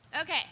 Okay